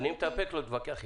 אני מתאפק לא להתווכח איתך.